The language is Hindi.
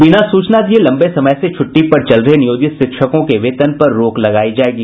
बिना सूचना दिये लम्बे समय से छुट्टी पर चल रहे नियोजित शिक्षकों के वेतन पर रोक लगायी जायेगी